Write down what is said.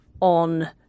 on